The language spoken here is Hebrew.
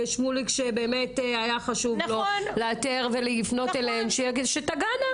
שהיה חשוב לו לאתר ולפנות אליהן שתדענה.